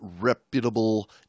reputable